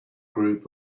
crowd